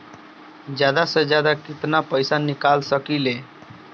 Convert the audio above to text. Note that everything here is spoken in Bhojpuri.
जादा से जादा कितना पैसा निकाल सकईले?